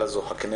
אלא זו הכנסת.